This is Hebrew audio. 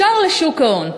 ישר לשוק ההון.